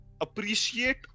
appreciate